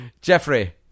Jeffrey